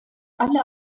alle